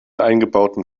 eingebauten